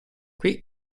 qui